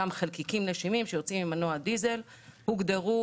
אותם חלקיקים נשימים שיוצאים ממנוע דיזל הוגדרו